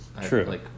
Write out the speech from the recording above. True